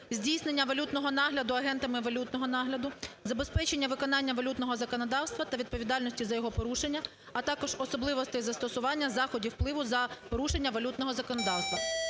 здійснення валютного нагляду агентами валютного нагляду, забезпечення виконання валютного законодавства та відповідальності за його порушення, а також особливостей застосування заходів впливу за порушення валютного законодавства.